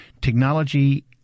Technology